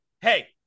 hey